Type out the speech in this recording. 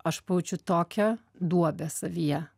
aš pajaučiu tokią duobę savyje